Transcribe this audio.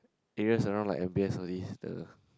areas around like M_B_S all these the